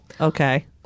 Okay